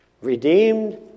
Redeemed